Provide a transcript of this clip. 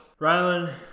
Rylan